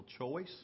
choice